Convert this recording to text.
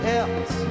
else